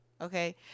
Okay